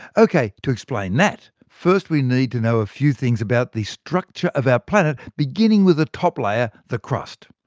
okay to explain that, first we need to know a few things about the structure of our planet, beginning with the top layer the crust.